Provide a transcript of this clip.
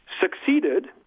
succeeded